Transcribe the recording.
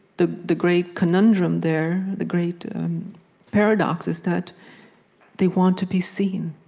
the the great conundrum there, the great paradox, is that they want to be seen.